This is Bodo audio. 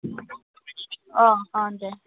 ओं ओं दे